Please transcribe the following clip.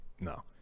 no